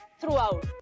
throughout